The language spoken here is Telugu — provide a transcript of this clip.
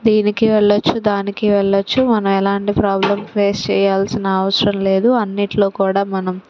దీనికి వెళ్లొచ్చు దానికి వెళ్ళచ్చు మనం ఎలాంటి ప్రాబ్లెమ్ పేస్ చెయ్యాల్సిన అవసరం లేదు అన్నిట్లో కూడా మనం